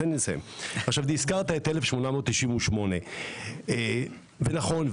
הזכרת את 1898. נכון,